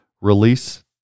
release